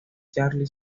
charlie